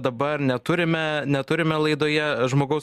dabar neturime neturime laidoje žmogaus